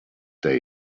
day